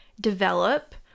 develop